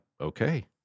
okay